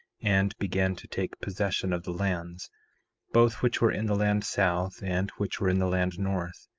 and began to take possession of the lands both which were in the land south and which were in the land north,